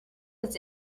his